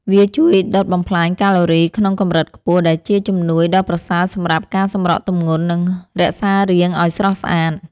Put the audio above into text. វាជួយដុតបំផ្លាញកាឡូរីក្នុងកម្រិតខ្ពស់ ដែលជាជំនួយដ៏ប្រសើរសម្រាប់ការសម្រកទម្ងន់ និងរក្សារាងឱ្យស្រស់ស្អាត។